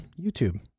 YouTube